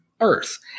Earth